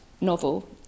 novel